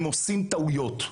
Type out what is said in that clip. הם עושים טעויות,